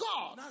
God